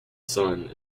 son